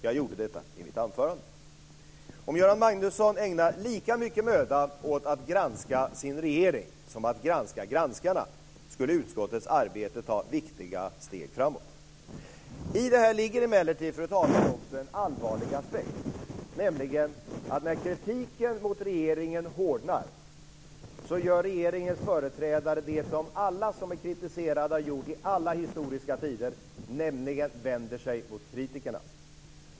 Jag gjorde detta i mitt anförande. Om Göran Magnusson ägnade lika mycket möda åt att granska sin regering som åt att granska granskarna skulle utskottets arbete ta viktiga steg framåt. I det här ligger emellertid, fru talman, en allvarlig aspekt. När kritiken mot regeringen hårdnar gör regeringens företrädare det som alla som blir kritiserade har gjort i alla historiska tider: De vänder sig mot kritikerna.